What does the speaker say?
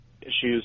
issues